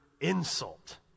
insult